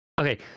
Okay